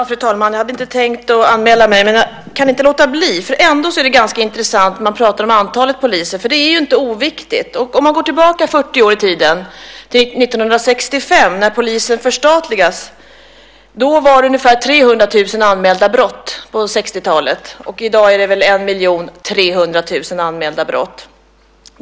Fru talman! Jag hade först inte tänkt anmäla mig till debatten, men jag kunde inte låta bli. Antalet poliser är inte oviktigt. Om vi går tillbaka 40 år i tiden till 1965, när polisen förstatligades, finner vi att det var ungefär 300 000 anmälda brott. I dag är det ungefär 1 300 000 anmälda brott.